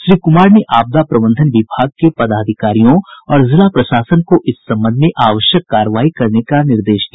श्री कुमार ने आपदा प्रबंधन विभाग के पदाधिकारियों और जिला प्रशासन को इस संबंध में आवश्यक कार्रवाई करने का निर्देश दिया